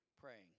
praying